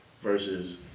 versus